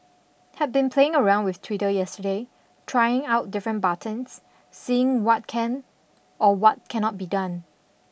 had been playing around with Twitter yesterday trying out different buttons seeing what can or what cannot be done